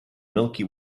milky